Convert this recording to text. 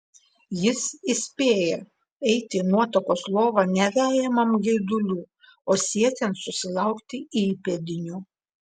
jis įspėja eiti į nuotakos lovą ne vejamam geidulių o siekiant susilaukti įpėdinių